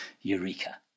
Eureka